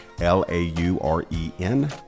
L-A-U-R-E-N